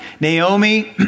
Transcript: Naomi